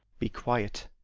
be quiet!